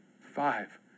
five